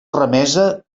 remesa